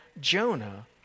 Jonah